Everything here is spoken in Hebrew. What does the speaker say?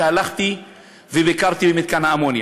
שהלכו וביקרו במתקן האמוניה,